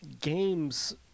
games